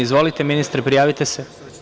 Izvolite, ministre, prijavite se.